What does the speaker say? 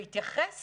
בהתייחס